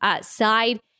side